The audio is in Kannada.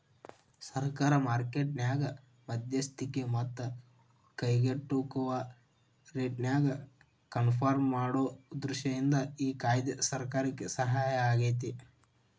ಸರಕ ಮಾರ್ಕೆಟ್ ನ್ಯಾಗ ಮಧ್ಯಸ್ತಿಕಿ ಮತ್ತ ಕೈಗೆಟುಕುವ ರೇಟ್ನ್ಯಾಗ ಕನ್ಪರ್ಮ್ ಮಾಡೊ ದೃಷ್ಟಿಯಿಂದ ಈ ಕಾಯ್ದೆ ಸರ್ಕಾರಕ್ಕೆ ಸಹಾಯಾಗೇತಿ